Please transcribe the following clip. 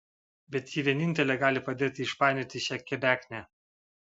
bet ji vienintelė gali padėti išpainioti šią kebeknę